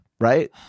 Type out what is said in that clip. right